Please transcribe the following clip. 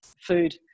food